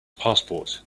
passport